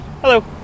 Hello